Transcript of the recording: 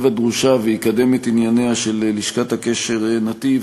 הדרושה ויקדם את ענייניה של לשכת הקשר "נתיב"